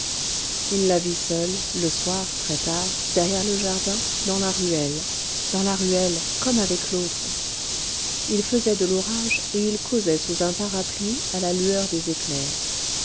il la vit seule le soir très tard derrière le jardin dans la ruelle dans la ruelle comme avec l'autre il faisait de l'orage et ils causaient sous un parapluie à la lueur des éclairs